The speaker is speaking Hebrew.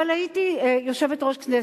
אבל הייתי יושבת-ראש הכנסת,